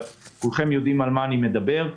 וכולכם יודעים על מה אני מדבר,